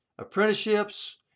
apprenticeships